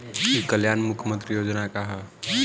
ई कल्याण मुख्य्मंत्री योजना का है?